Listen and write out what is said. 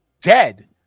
dead